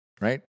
right